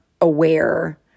aware